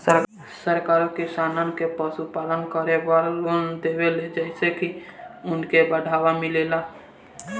सरकारो किसानन के पशुपालन करे बड़ लोन देवेले जेइसे की उनके बढ़ावा मिलेला